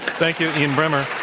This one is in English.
thank you, ian bremmer.